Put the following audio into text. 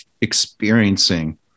experiencing